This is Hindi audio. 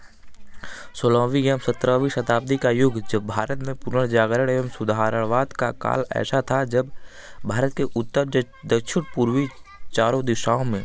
सोलहवीं या सत्रहवीं शताब्दी का युग जब भारत में पुनर्जागरण एवं सुधारणवाद का काल ऐसा था जब भारत के उत्तर दक्षिण पूर्वी चारो दिशाओं में